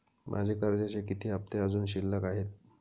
माझे कर्जाचे किती हफ्ते अजुन शिल्लक आहेत?